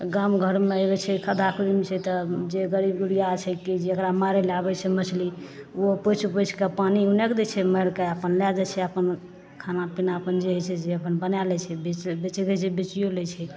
गाम घरमे हे बए छै खद्धा खुद्धी छै तऽ जे गरीब गुरिया छै जेकरा मारै लए आबै छै मछली ओहो उपछि उपछिके पानि ओन्ने कए दैछै मारिके अपन लए जाइत छै अपन खाना पीना अपन जे होइ छै जे अपन बनाए लै छै बेच बेचैके रहै छै बेचियो लै छै